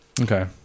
Okay